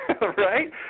right